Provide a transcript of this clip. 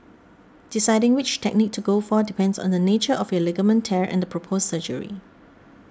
deciding which technique to go for depends on the nature of your ligament tear and the proposed surgery